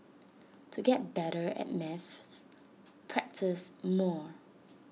to get better at maths practise more